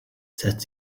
said